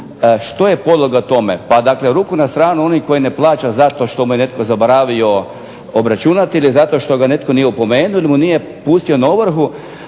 što je podloga tome. Pa dakle ruku na stranu, oni koji ne plaća zato što mu je netko zaboravio obračunati ili zato što ga netko nije opomenuo, nije pustio na ovrhu.